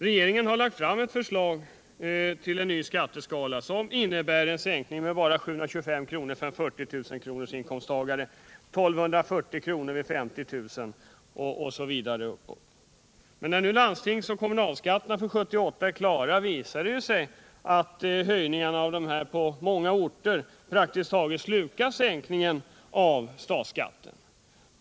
Regeringens förslag till ny skatteskala innebär en sänkning av statsskatten med bara 725 kr. för en person med 40 000 kr. inkomst, 1240 kr. vid 50 000 osv. När nu landstingsoch kommunalskatterna för 1978 är klara visar det sig att höjningarna i vissa fall slukar praktiskt taget hela sänkningen av statsskatten.